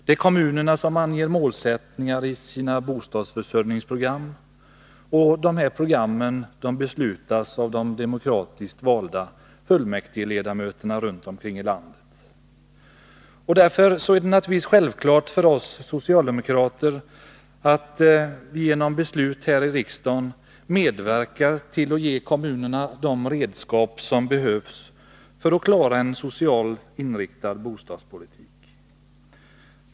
Det är kommunerna som anger målsättningar i sina bostadsförsörjningsprogram, och dessa program beslutas av de demokratiskt valda fullmäktigeledamöterna runt om i landet. Därför är det självklart för oss socialdemokrater att vi genom beslut här i riksdagen medverkar till att ge kommunerna de redskap som behövs för att klara en socialt inriktad bostadspolitik.